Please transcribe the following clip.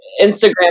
Instagram